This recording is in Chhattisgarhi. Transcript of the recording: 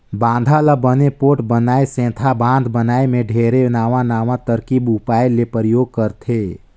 बांधा ल बने पोठ बनाए सेंथा बांध बनाए मे ढेरे नवां नवां तरकीब उपाय ले परयोग करथे